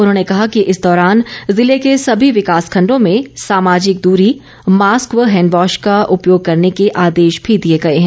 उन्होंने कहा कि इस दौरान जिले के सभी विकास खंडों में सामाजिक दूरी मास्क व हैंडवाँश का उपयोग करने के आदेश भी दिए गए हैं